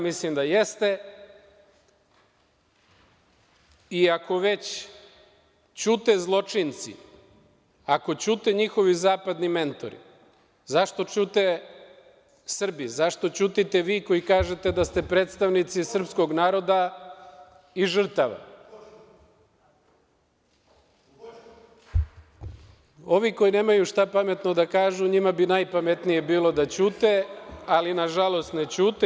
Mislim da jeste i ako već ćute zločinci, ako ćute njihovi zapadni mentori, zašto ćute Srbi, zašto ćutite vi koji kažete da ste predstavnici srpskog naroda i žrtava? (Aleksandar Marković: Ko ćuti?) Ovi koji nemaju šta pametno da kažu, njima bi bilo najpametnije da ćute, ali nažalost ne ćute.